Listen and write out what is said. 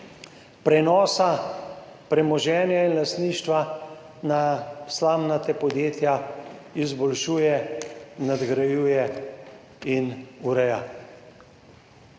prenosa premoženja in lastništva na slamnata podjetja izboljšuje, nadgrajuje in ureja.